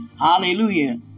Hallelujah